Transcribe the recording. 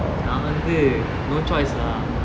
நா வந்து:naa vanthu no choice lah